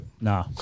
Nah